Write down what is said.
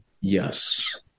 Yes